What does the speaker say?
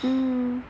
mmhmm